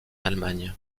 allemagne